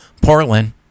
Portland